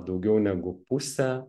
daugiau negu pusę